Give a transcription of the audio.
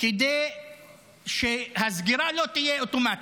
כדי שהסגירה לא תהיה אוטומטית,